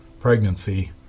pregnancy